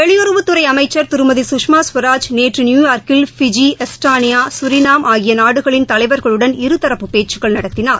வெளியுறவுத்துறை அமைச்சர் திருமதி சுஷ்மா ஸ்வராஜ் நேற்று நியூயார்க்கில் ஃபிஜி எஸ்ட்டோனியா சூரிநாம் ஆகிய நாடுகளின் தலைவர்களுடன் இருதரப்பு பேச்சுக்கள் நடத்தினார்